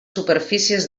superfícies